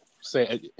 say